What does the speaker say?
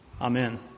Amen